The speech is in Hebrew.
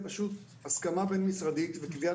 יש לי סוללה של 35 עובדים שמתחזקים את האתר